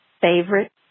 favorite